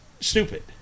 stupid